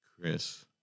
chris